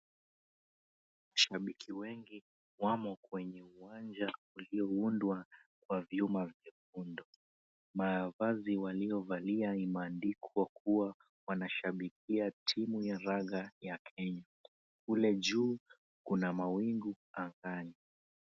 Shabiki wengi wamo kwenye uwanja ulioundwa kwa vyuma vyekundu. Mavazi waliyovalia ni maandiko kuwa wanashabikia timu ya raga ya Kenya. Kule juu kuna mawingu angani.